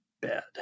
bed